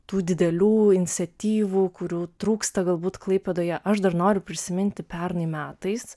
tų didelių iniciatyvų kurių trūksta galbūt klaipėdoje aš dar noriu prisiminti pernai metais